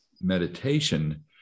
meditation